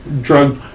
Drug